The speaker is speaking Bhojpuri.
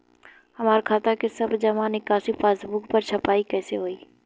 हमार खाता के सब जमा निकासी पासबुक पर छपाई कैसे होई?